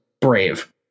brave